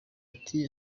ati